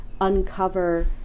uncover